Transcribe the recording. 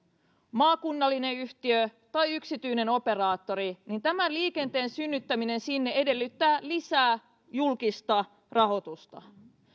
maakunnallinen yhtiö tai yksityinen operaattori niin tämän liikenteen synnyttäminen sinne edellyttää lisää julkista rahoitusta